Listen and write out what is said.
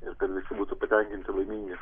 ir kad visi būtų patenkinti laimingi